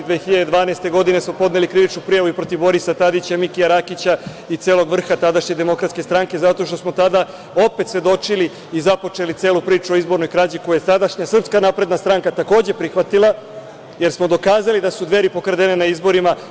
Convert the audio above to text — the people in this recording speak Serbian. Godine 2012. smo podneli i krivičnu prijavu i protiv Borisa Tadića, Mikija Rakića i celog vrha tadašnje Demokratske stranke, zato što smo tada opet svedočili i započeli celu priču o izbornoj krađi, koju je tadašnja SNS takođe prihvatila, jer smo dokazali da su Dveri pokradene na izborima.